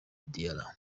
diarra